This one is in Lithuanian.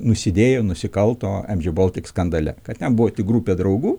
nusidėjo nusikalto mg baltic skandale kad ten buvo tik grupė draugų